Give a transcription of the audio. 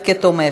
נתקבל.